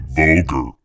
vulgar